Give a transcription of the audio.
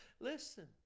Listen